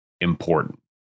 important